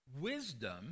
Wisdom